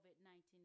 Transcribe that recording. COVID-19